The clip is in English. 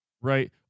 right